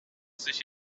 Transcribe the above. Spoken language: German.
sich